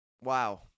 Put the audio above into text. Wow